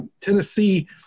Tennessee –